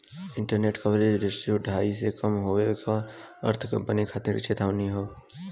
interest coverage ratio ढाई से कम होये क अर्थ कंपनी खातिर चेतावनी हौ